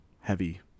heavy